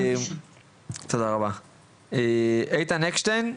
איתן אקשטיין,